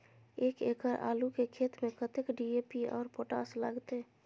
एक एकड़ आलू के खेत में कतेक डी.ए.पी और पोटाश लागते?